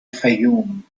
fayoum